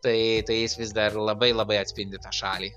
tai tai jis vis dar labai labai atspindi tą šalį